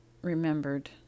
remembered